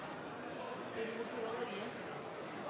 vil gå